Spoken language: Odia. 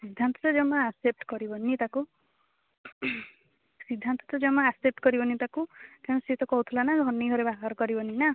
ସିଦ୍ଧାନ୍ତ ତ ଜମା ଆସେପ୍ଟ କରିବନି ତାକୁ ସିଦ୍ଧାନ୍ତ ତ ଜମା ଆସେପ୍ଟ କରିବନି ତାକୁ କାରଣ ସେ ତ କହୁଥିଲା ନା ଧନି ଘରେ ବାହାର କରିବନି ନା